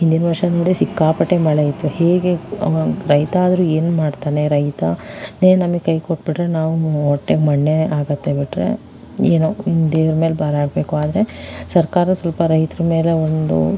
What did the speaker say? ಹಿಂದಿನ ವರ್ಷ ನೋಡಿ ಸಿಕ್ಕಾಪಟ್ಟೆ ಮಳೆ ಇತ್ತು ಹೀಗೆ ರೈತ ಆದರೂ ಏನು ಮಾಡ್ತಾನೆ ರೈತನೇ ನಮಗೆ ಕೈಕೊಟ್ಬಿಟ್ರೆ ನಾವು ಹೊಟ್ಟೆಗೆ ಮಣ್ಣೇ ಆಗತ್ತೆ ಬಿಟ್ಟರೆ ಏನೋ ಇನ್ನು ದೇವರ ಮೇಲೆ ಭಾರ ಹಾಕಬೇಕು ಆದರೆ ಸರ್ಕಾರ ಸ್ವಲ್ಪ ರೈತರ ಮೇಲೆ ಒಂದು